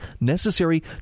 necessary